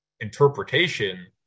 interpretation